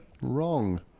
wrong